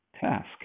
task